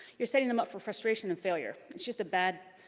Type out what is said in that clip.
you're setting them up for frustration and failure. it's just a bad,